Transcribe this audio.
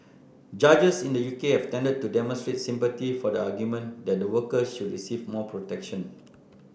judges in the U K have tended to demonstrate sympathy for the argument that the worker should receive more protection